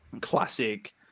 classic